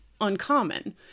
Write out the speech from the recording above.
uncommon